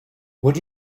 would